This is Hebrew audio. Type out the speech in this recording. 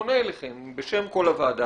פונה אליכם בשם כל הוועדה,